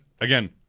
again